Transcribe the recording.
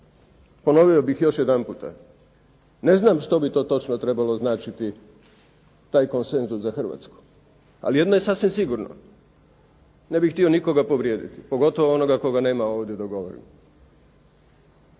ponovio bih još jedanput. Ne znam što bi to točno trebalo značiti taj konsenzus za Hrvatsku. Ali jedno je sasvim sigurno, ne bih htio nikoga povrijediti, pogotovo onoga koga nema ovdje dok govorim.